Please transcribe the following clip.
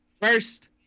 first